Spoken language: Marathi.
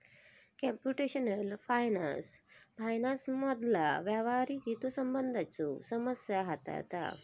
कम्प्युटेशनल फायनान्स फायनान्समधला व्यावहारिक हितसंबंधांच्यो समस्या हाताळता